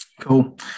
Cool